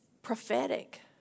prophetic